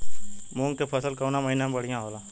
मुँग के फसल कउना महिना में बढ़ियां होला?